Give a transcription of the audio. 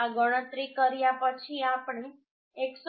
આ ગણતરી કર્યા પછી આપણે 114